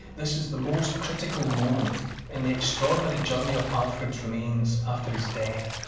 this is the most critical moment in the extraordinary journey of alfred's remains after his death.